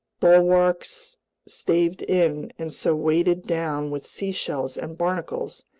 bulwarks staved in and so weighed down with seashells and barnacles,